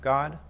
God